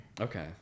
Okay